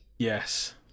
Yes